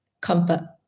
comfort